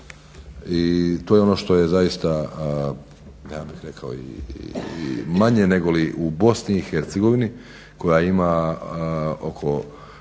I to je ono što je zaista, ja bih rekao i manje nego li u Bosni i Hercegovini koja ima oko